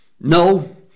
No